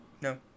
no